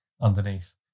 underneath